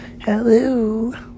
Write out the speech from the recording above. hello